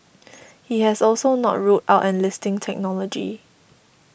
he has also not ruled out enlisting technology